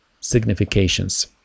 significations